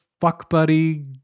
fuck-buddy